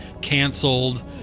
canceled